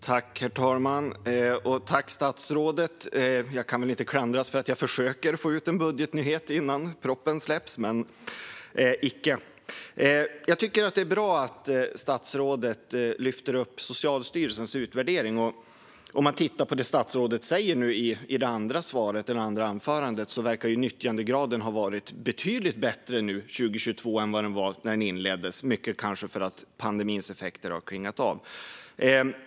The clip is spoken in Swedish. Herr talman! Jag kan väl inte klandras för att jag försöker få ut en budgetnyhet innan propositionen släpps - men icke! Jag tycker att det är bra att statsrådet lyfter upp Socialstyrelsens utvärdering. Med tanke på vad statsrådet säger i sitt andra anförande verkar nyttjandegraden ha varit betydligt bättre 2022 än den var när insatsen inleddes, mycket kanske för att pandemins effekter har klingat av.